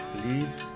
Please